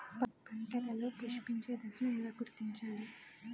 పంటలలో పుష్పించే దశను ఎలా గుర్తించాలి?